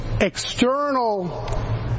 external